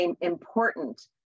important